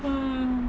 uh